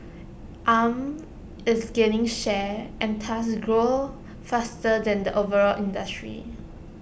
arm is gaining share and thus grows faster than the overall industry